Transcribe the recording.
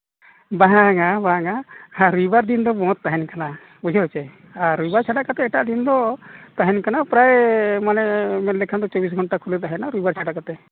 ᱵᱟᱝᱟ ᱵᱟᱝᱟ ᱨᱚᱵᱤᱵᱟᱨ ᱫᱤᱱ ᱫᱚ ᱵᱚᱱᱫᱷ ᱛᱟᱦᱮᱱ ᱠᱟᱱᱟ ᱵᱩᱡᱷᱟᱹᱣ ᱥᱮ ᱟᱨ ᱨᱚᱵᱤᱵᱟᱨ ᱪᱷᱟᱰᱟ ᱠᱟᱛᱮᱫ ᱮᱴᱟᱜ ᱫᱤᱱ ᱫᱚ ᱛᱟᱦᱮᱱ ᱠᱟᱱᱟ ᱯᱨᱟᱭ ᱢᱟᱱᱮ ᱢᱮᱱ ᱞᱮᱠᱷᱟᱱ ᱫᱚ ᱛᱤᱨᱤᱥ ᱜᱷᱚᱱᱴᱟ ᱠᱷᱩᱞᱟᱹᱣ ᱛᱟᱦᱮᱱᱟ ᱨᱚᱵᱤᱵᱟᱨ ᱪᱷᱟᱰᱟ ᱠᱟᱛᱮᱫ